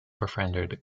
befriended